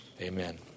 Amen